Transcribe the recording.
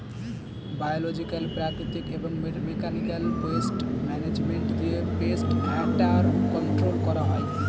biological, প্রাকৃতিক এবং mechanical pest management দিয়ে পেস্ট অ্যাটাক কন্ট্রোল করা হয়